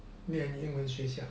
练英文学校